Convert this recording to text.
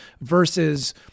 versus